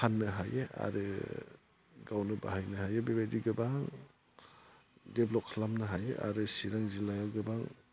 फाननो हायो आरो गावनो बाहायनो हायो बेबायदि गोबां डेभेलप खालामनो हायो आरो चिरां जिल्लायाव गोबां